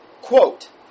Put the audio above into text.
Quote